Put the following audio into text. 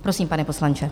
Prosím, pane poslanče.